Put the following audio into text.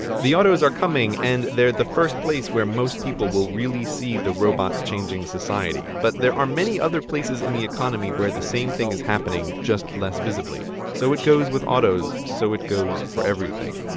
the autos are coming and they're the first place where most people will really see the robots changing society. but there are many other places in the economy where the same thing is happening, just less visibly. so it goes with autos, so it goes for everything.